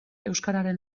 euskararen